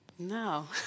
No